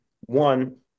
one